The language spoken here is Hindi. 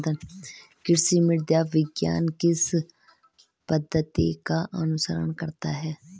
कृषि मृदा विज्ञान किस पद्धति का अनुसरण करता है?